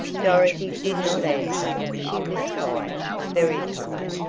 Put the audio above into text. dorothy did not answer. she was tired very tired.